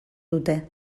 dute